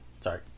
Sorry